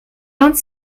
vingt